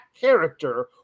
character